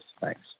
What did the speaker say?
Thanks